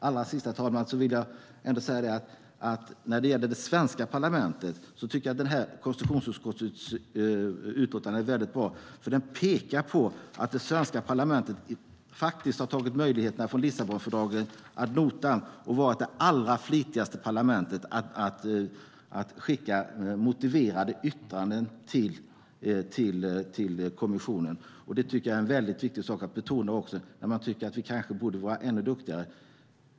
Allra sist, herr talman, vill jag säga att konstitutionsutskottets utlåtande är väldigt bra, för det pekar på att det svenska parlamentet faktiskt har tagit möjligheterna från Lissabonfördraget ad notam och varit det allra flitigaste parlamentet i att skicka motiverade yttranden till kommissionen. Det är en viktig sak att betona när man tycker att vi kanske borde vara ännu duktigare.